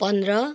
पन्ध्र